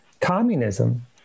communism